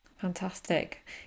Fantastic